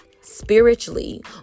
spiritually